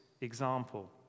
example